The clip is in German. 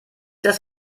das